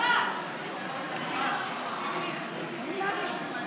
אנחנו, את יודעת שאני אעשה את זה.